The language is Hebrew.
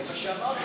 זה מה שאמרתי.